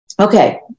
Okay